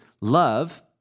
love